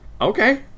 Okay